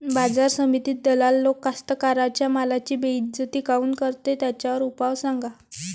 बाजार समितीत दलाल लोक कास्ताकाराच्या मालाची बेइज्जती काऊन करते? त्याच्यावर उपाव सांगा